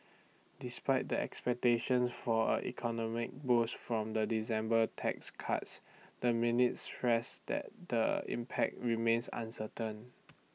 despite the expectation for A economic boost from the December tax cuts the minutes stressed that the impact remains uncertain